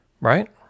right